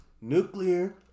nuclear